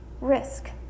risk